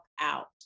out